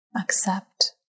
accept